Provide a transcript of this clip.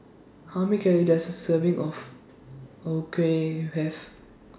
How Many Calories Does A Serving of O Kueh Have